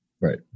Right